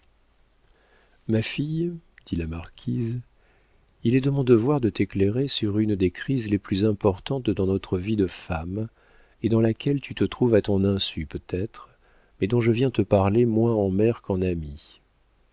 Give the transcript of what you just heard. ma fille dit la marquise il est de mon devoir de t'éclairer sur une des crises les plus importantes dans notre vie de femme et dans laquelle tu te trouves à ton insu peut-être mais dont je viens te parler moins en mère qu'en amie